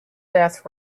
death